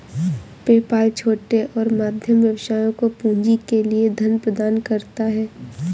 PayPal छोटे और मध्यम व्यवसायों को पूंजी के लिए धन प्रदान करता है